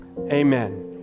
amen